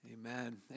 Amen